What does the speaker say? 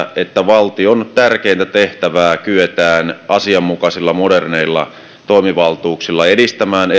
että valtion tärkeintä tehtävää eli kansalaisten turvallisuutta kyetään asianmukaisilla moderneilla toimivaltuuksilla edistämään